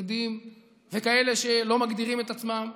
חרדים וכאלה שלא מגדירים את עצמם,